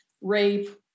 rape